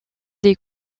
des